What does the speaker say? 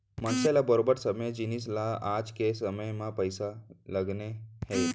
मनसे ल बरोबर सबे जिनिस म आज के समे म पइसा लगने हे